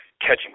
catching